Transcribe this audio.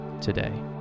today